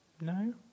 No